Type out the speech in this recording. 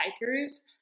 hikers